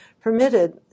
permitted